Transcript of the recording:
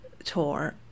tour